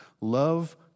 love